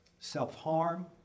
Self-harm